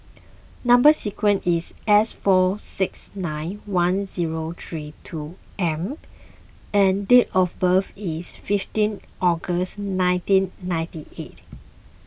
Number Sequence is S four six nine one zero three two M and date of birth is fifteen August nineteen ninety eight